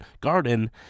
Garden